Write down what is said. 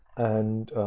and